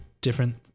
different